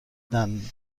دنده